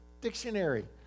dictionary